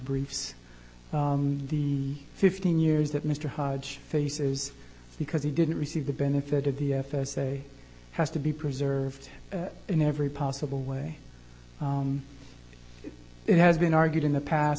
briefs the fifteen years that mr hodge faces because he didn't receive the benefit of the f s a has to be preserved in every possible way it has been argued in the past